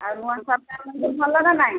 ଆଉ ନୂଆ ସରକାର ଭଲ ନା ନାଇଁ